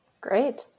Great